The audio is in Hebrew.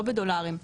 לא בדולרים,